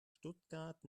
stuttgart